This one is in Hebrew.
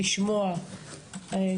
לשמוע,